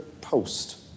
post